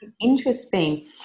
Interesting